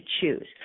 choose